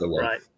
right